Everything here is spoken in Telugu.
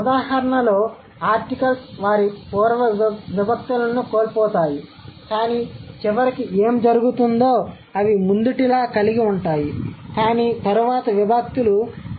ఉదాహరణలో ఆర్టికల్స్ వారి పూర్వ విభక్తులను కోల్పోతాయి కానీ చివరికి ఏమి జరుగుతుందో అవి ముందుటిలా కలిగి ఉంటాయి కానీ తర్వాత విభక్తులు పోతాయి